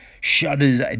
Shudders